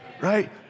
Right